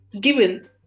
given